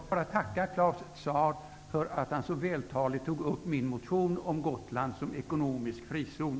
Herr talman! Jag vill bara tacka Claus Zaar för att han så vältaligt tog upp min motion om Gotland som ekonomisk frizon.